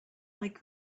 like